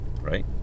right